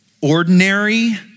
ordinary